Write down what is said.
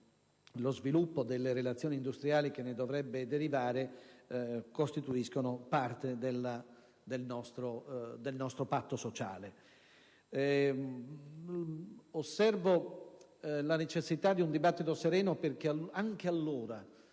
lo sviluppo delle relazioni industriali che ne dovrebbe derivare costituiscano parte del nostro patto sociale. Osservo la necessità di un dibattito sereno, perché anche allora